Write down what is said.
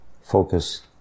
focus